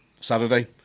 Saturday